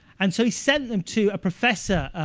and so he sent them to a professor,